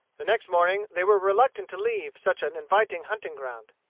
the next morning they were reluctant to leave such an inviting hunting-ground.